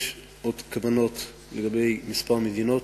יש עוד כוונות לגבי כמה מדינות.